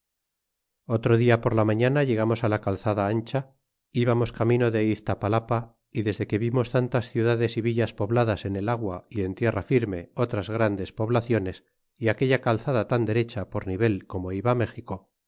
otro dia por la mañana llegamos la calzada ancha íbamos camino de iztapalapa y desde que vimos tantas ciudades y villas pobladas en el agua y en tierra firme otras grandes poblaciones y aquella calzada tan derecha por nivel como iba méxico